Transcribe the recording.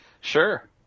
Sure